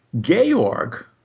Georg